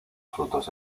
futuros